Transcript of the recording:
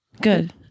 Good